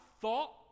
thought